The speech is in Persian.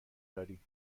داریم